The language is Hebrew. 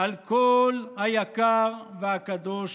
על כל היקר והקדוש